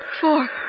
Four